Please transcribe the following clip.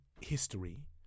history